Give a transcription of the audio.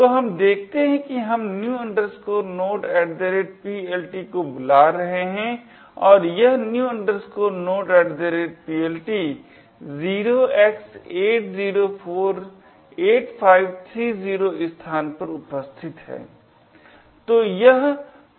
तो हम देखते है कि हम new nodePLT को बुला रहे है और यह new nodePLT 0x8048530 स्थान पर उपस्थित है